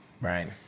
Right